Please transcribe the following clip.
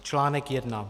Článek 1.